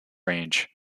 range